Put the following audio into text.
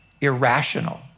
irrational